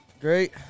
Great